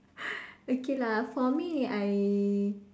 okay lah for me I